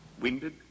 Winded